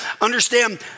understand